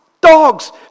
dogs